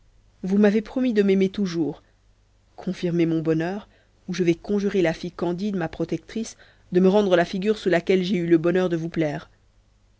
vous m'avez promis de m'aimer toujours confirmez mon bonheur ou je vais conjurer la fée candide ma protectrice de me rendre la figure sous laquelle j'ai eu le bonheur de vous plaire